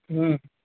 হুম